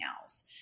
else